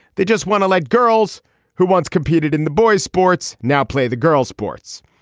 they just want to let girls who once competed in the boys sports now play the girls sports.